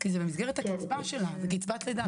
זה במסגרת הקצבה שלה, זו קצבת לידה.